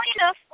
enough